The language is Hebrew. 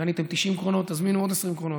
קניתם 90 קרונות, תזמינו עוד 20 קרונות.